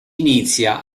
inizia